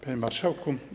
Panie Marszałku!